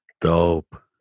Dope